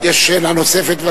יש שאלה נוספת?